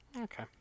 Okay